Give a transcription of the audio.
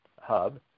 hub